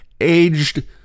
Aged